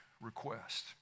request